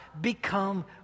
become